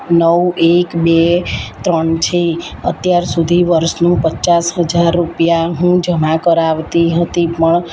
નવ એક બે ત્રણ છે અત્યાર સુધી વર્ષનું પચાસ હજાર રૂપિયા હું જમા કરાવતી હતી પણ